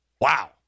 Wow